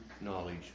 knowledge